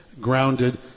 grounded